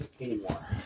anymore